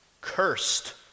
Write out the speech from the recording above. cursed